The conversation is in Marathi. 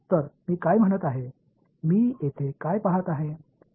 तर मी काय म्हणत आहे मी येथे काय पाहत आहे